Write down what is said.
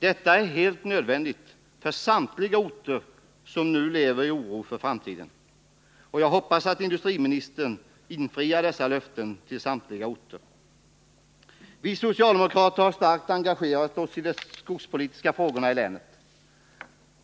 Det är helt nödvändigt för samtliga berörda orter, som nu lever i oro för framtiden. Jag hoppas att industriministern infriar dessa löften till samtliga de här orterna. Vi socialdemokrater har starkt engagerat oss i de skogspolitiska frågorna i länet.